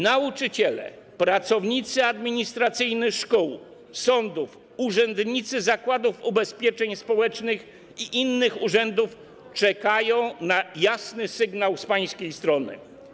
Nauczyciele, pracownicy administracyjni szkół, sądów, urzędnicy zakładów ubezpieczeń społecznych i innych urzędów czekają na jasny sygnał z pańskiej strony.